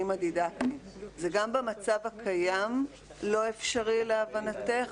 הדידקטיים זה גם במצב הקיים לא אפשרי להבנתך,